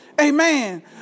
Amen